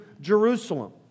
Jerusalem